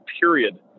period